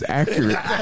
accurate